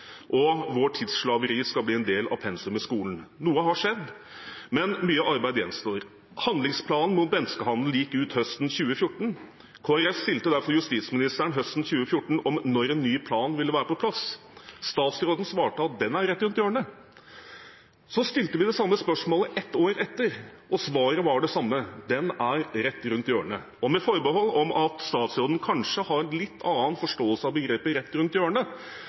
og juridisk oppfølging, og vår tids slaveri skal bli en del av pensum i skolen. Noe har skjedd, men mye arbeid gjenstår. Handlingsplanen mot menneskehandel gikk ut høsten 2014. Kristelig Folkeparti stilte derfor justisministeren høsten 2014 spørsmål om når en ny plan ville være på plass. Statsråden svarte at den var rett rundt hjørnet. Så stilte vi det samme spørsmålet ett år etter, og svaret var det samme: Den er rett rundt hjørnet. Med forbehold om at statsråden kanskje har en litt annen forståelse av uttrykket «rett rundt hjørnet»,